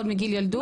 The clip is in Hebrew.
עוד מגיל ילדות.